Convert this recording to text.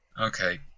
Okay